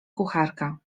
kucharka